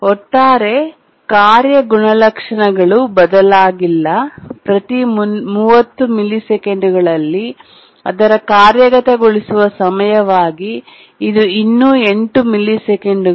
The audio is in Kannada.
ಒಟ್ಟಾರೆ ಕಾರ್ಯ ಗುಣಲಕ್ಷಣಗಳು ಬದಲಾಗಿಲ್ಲ ಪ್ರತಿ 30 ಮಿಲಿಸೆಕೆಂಡುಗಳಲ್ಲಿ ಅದರ ಕಾರ್ಯಗತಗೊಳಿಸುವ ಸಮಯವಾಗಿ ಇದು ಇನ್ನೂ 8 ಮಿಲಿಸೆಕೆಂಡುಗಳು